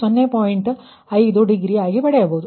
5 degree ಆಗಿ ಪಡೆಯಬಹುದು